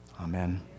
Amen